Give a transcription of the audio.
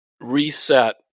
reset